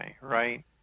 right